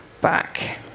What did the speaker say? back